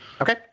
Okay